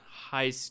high